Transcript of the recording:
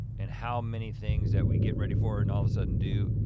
and how many things that we get ready for and all of a sudden do.